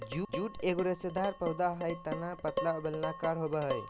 jute एगो रेशेदार पौधा हइ तना पतला और बेलनाकार होबो हइ